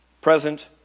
present